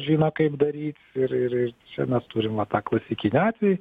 žino kaip daryt ir ir ir čia mes turim va tą klasikinį atvejį